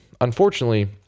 unfortunately